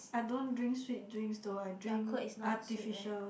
I don't drink sweet drinks though I drink artificial